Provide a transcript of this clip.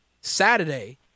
Saturday